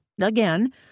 again